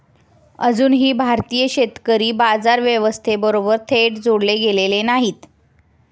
अजूनही भारतीय शेतकरी बाजार व्यवस्थेबरोबर थेट जोडले गेलेले नाहीत